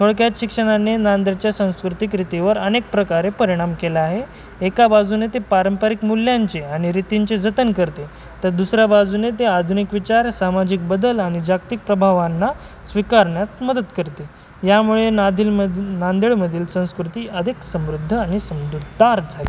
थोडक्यात शिक्षणाने नांदेडच्या सांस्कृतिक रीतीवर अनेक प्रकारे परिणाम केला आहे एका बाजूने ते पारंपरिक मूल्यांचे आणि रीतींचे जतन करते तर दुसऱ्या बाजूने ते आधुनिक विचार सामाजिक बदल आणि जागतिक प्रभावांना स्वीकारण्यात मदत करते यामुळे नादीलमद नांदेडमधील संस्कृती अधिक समृद्ध आणि समजुतदार झाली आहे